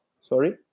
Sorry